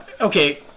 Okay